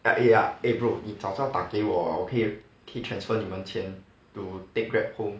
eh ya eh bro 你早上打给我 hor 我可以可以 transfer 你们钱 to take Grab home